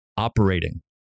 operating